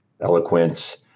eloquence